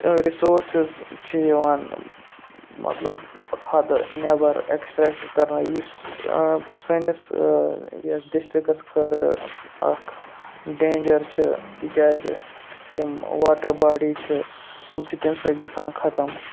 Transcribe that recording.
resources چھِ یِوان مطلب حَدٕ نٮ۪بَر اٮ۪کٕسٹرٛیکٹہٕ کَرنہٕ یُس سٲنِس یَتھ ڈِسٹِرٛکَس خٲطرٕ اَکھ ڈینٛجَر چھِ تِکیٛازِ یِم واٹَر باڈیٖز چھِ تم چھِ تٔمۍ سۭتۍ گژھان ختم